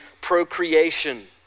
procreation